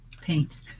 Paint